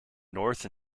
north